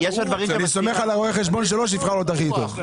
אני סומך על רואה החשבון שלו שיבחר לו את הכי טוב.